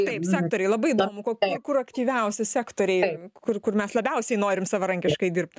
taip sektoriai labai įdomu kur kur aktyviausi sektoriai kur kur mes labiausiai norim savarankiškai dirbt